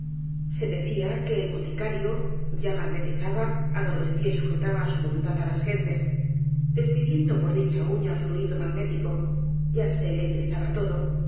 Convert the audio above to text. se decía que el boticario ya magnetizaba adormecía y sujetaba á su voluntad á las gentes despidiendo por dicha uña fluido magnético ya se electrizaba todo